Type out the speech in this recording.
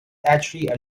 actually